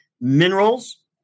minerals